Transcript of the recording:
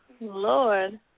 Lord